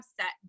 set